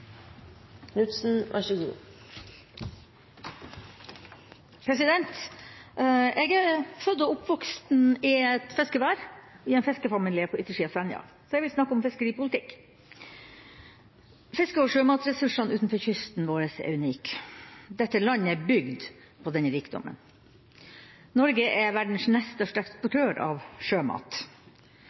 av Senja, så jeg vil snakke om fiskeripolitikk. Fiske- og sjømatressursene utenfor kysten vår er unik. Dette landet er bygd på denne rikdommen. Norge er verdens nest største eksportør av sjømat.